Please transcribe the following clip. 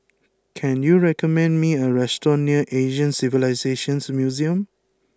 can you recommend me a restaurant near Asian Civilisations Museum